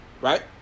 right